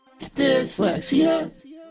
Dyslexia